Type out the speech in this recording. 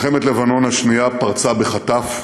מלחמת לבנון השנייה פרצה בחטף,